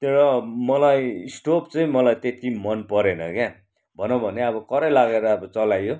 त्यो मलाई स्टोभ चाहिँ मलाई त्यति मन परेन क्या भनौँ भने अब करै लागेर अब चलाइयो